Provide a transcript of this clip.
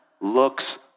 Looks